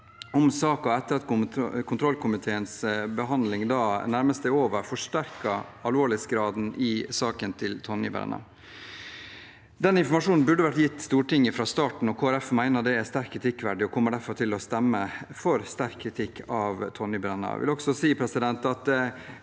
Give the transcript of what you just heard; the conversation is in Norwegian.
om saken etter at kontrollkomiteens behandling nærmest er over, forsterker alvorlighetsgraden i saken til Tonje Brenna. Den informasjonen burde vært gitt til Stortinget fra starten. Kristelig Folkeparti mener det er sterkt kritikkverdig og kommer derfor til å stemme for sterk kritikk av Tonje Brenna. Jeg vil også si at det i